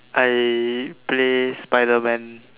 I play spider man